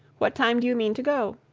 what time do you mean to go?